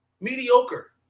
Mediocre